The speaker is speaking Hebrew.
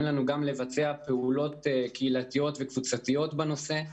לנו גם לבצע פעולות קהילתיות וקבוצתיות בנושא.